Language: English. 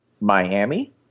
Miami